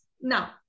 Now